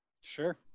Sure